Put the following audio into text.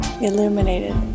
Illuminated